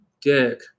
dick